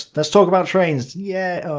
let's talk about trains. yeah.